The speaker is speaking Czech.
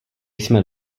jsme